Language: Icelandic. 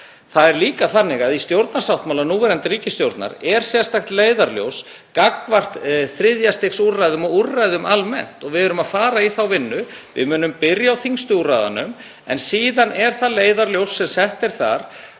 þar á milli kerfa. Í stjórnarsáttmála núverandi ríkisstjórnar er sérstakt leiðarljós gagnvart þriðja stigs úrræðum og úrræðum almennt, og við erum að fara í þá vinnu. Við munum byrja á þyngstu úrræðunum en síðan er það leiðarljósið þar